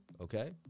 okay